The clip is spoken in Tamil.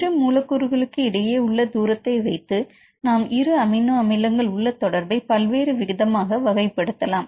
இரு மூலக்கூறுகளுக்கு இடையே உள்ள தூரத்தை வைத்து நாம் இரு அமினோ அமிலங்கள் உள்ள தொடர்பை பல்வேறு விதமாக வகைப்படுத்தலாம்